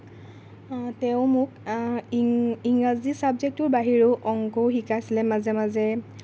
তেওঁ মোক ইং ইংৰাজী চাব্জেক্টটোৰ বাহিৰেও অংকও শিকাইছিলে মাজে মাজে